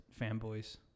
fanboys